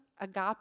agape